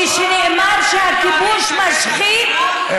כשנאמר שהכיבוש משחית,